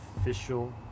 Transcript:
official